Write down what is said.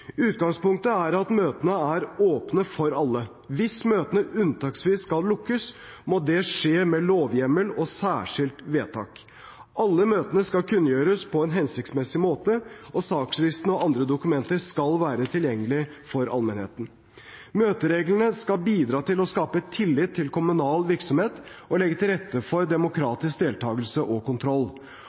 Utgangspunktet er at møtene er åpne for alle. Hvis møtene unntaksvis skal lukkes, må det skje med lovhjemmel og særskilt vedtak. Alle møtene skal kunngjøres på en hensiktsmessig måte, og sakslisten og andre dokumenter skal være tilgjengelig for allmennheten. Møtereglene skal bidra til å skape tillit til kommunal virksomhet og legge til rette for demokratisk deltakelse og kontroll.